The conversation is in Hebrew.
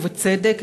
ובצדק,